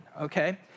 okay